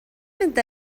mynd